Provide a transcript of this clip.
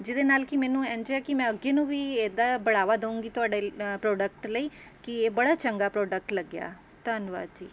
ਜਿਹਦੇ ਨਾਲ ਕਿ ਮੈਨੂੰ ਇੰਝ ਹੈ ਕਿ ਮੈਂ ਅੱਗੇ ਨੂੰ ਵੀ ਇੱਦਾਂ ਬੜਾਵਾਂ ਦਊਂਗੀ ਤੁਹਾਡੇ ਪ੍ਰੋਡਕਟ ਲਈ ਕਿ ਇਹ ਬੜਾ ਚੰਗਾ ਪ੍ਰੋਡਕਟ ਲੱਗਿਆ ਧੰਨਵਾਦ ਜੀ